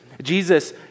Jesus